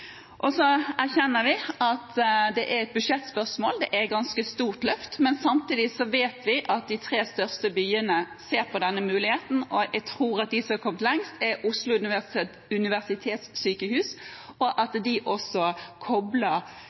Så erkjenner vi at det er et budsjettspørsmål. Det er et ganske stort løft, men samtidig vet vi at de tre største byene ser på denne muligheten. Jeg tror at de som er kommet lengst, er Oslo universitetssykehus, og at de også kobler